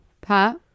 Pat